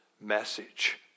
message